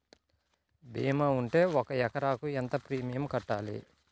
భీమా ఉంటే ఒక ఎకరాకు ఎంత ప్రీమియం కట్టాలి?